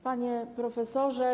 Panie Profesorze!